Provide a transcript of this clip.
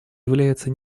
является